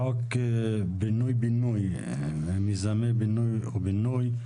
חוק פינוי בינוי, מיזמי פינוי ובינוי.